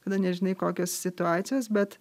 kada nežinai kokios situacijas bet